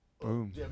Boom